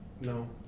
No